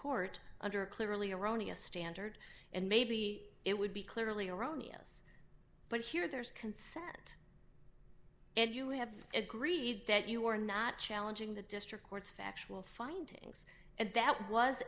court under clearly erroneous standard and maybe it would be clearly erroneous but here there's consent and you have agreed that you are not challenging the district court's factual findings and that was